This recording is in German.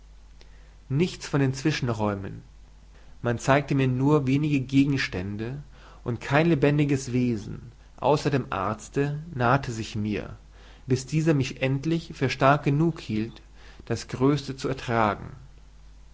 nichts von den zwischenräumen man zeigte mir nur wenige gegenstände und kein lebendiges wesen außer dem arzte nahte sich mir bis dieser mich endlich für stark genug hielt das größeste zu ertragen